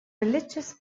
religious